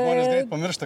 žmonės greit pamiršta